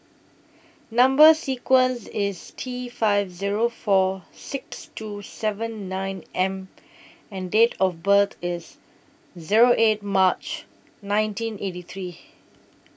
Number sequence IS T five Zero four six two seven nine M and Date of birth IS Zero eight March nineteen eighty three